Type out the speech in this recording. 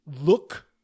look